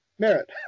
Merit